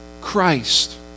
Christ